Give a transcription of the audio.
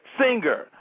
Singer